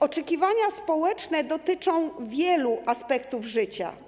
Oczekiwania społeczne dotyczą wielu aspektów życia.